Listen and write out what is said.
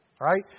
right